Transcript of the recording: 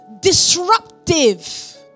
disruptive